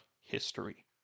history